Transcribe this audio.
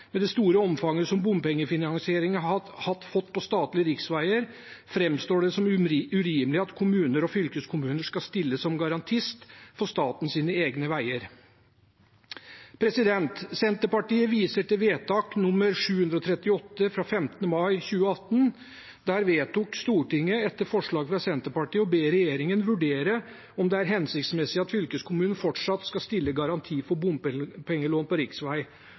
Med det store omfanget som bompengefinansieringen har fått på statlige riksveier, framstår det som urimelig at kommuner og fylkeskommuner skal stille som garantist for statens egne veier. Senterpartiet viser til vedtak 738, fra 15. mai 2018. Der vedtok Stortinget, etter forslag fra Senterpartiet, å be «regjeringen vurdere om det er hensiktsmessig at fylkeskommunene fortsatt skal stille garanti for bompengelån på